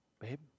babe